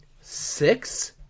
six